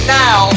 now